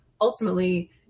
ultimately